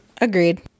Agreed